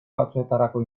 batzuetarako